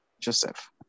Joseph